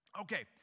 Okay